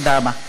תודה רבה.